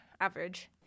average